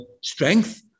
strength